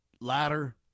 ladder